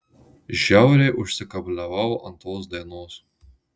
žiauriai užsikabliavau ant tos dainos